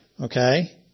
Okay